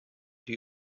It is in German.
die